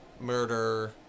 murder